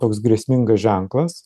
toks grėsmingas ženklas